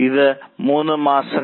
ഇതാണ് 3 മാസങ്ങൾ